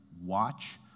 Watch